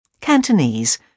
Cantonese